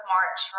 March